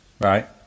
right